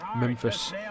Memphis